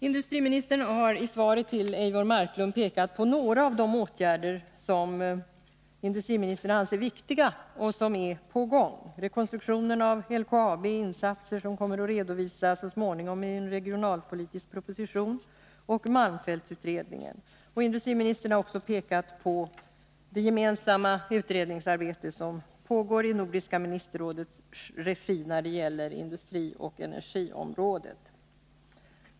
Industriministern har i svaret till Eivor Marklund pekat på några av de åtgärder som industriministern anser viktiga och som är på gång: rekonstruktionen av LKAB, insatser som kommer att redovisas så småningom i en regionalpolitisk proposition och malmfältsutredningen. Industriministern har också pekat på det gemensamma utredningsarbete som pågår i nordiska ministerrådets regi när det gäller industrioch energiområdet.